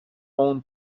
own